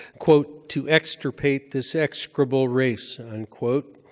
quote, to extirpate this execrable race, unquote.